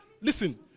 listen